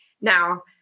Now